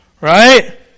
Right